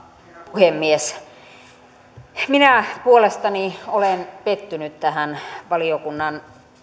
puhemies minä puolestani olen pettynyt tähän valiokunnan